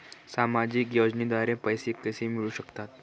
सामाजिक योजनेद्वारे पैसे कसे मिळू शकतात?